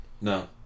No